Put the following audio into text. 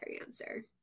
answer